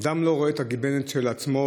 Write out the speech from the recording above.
אדם לא רואה את הגיבנת של עצמו,